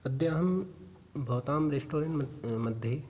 अद्य अहं भवतां रेस्टोरेण्ट् म मध्ये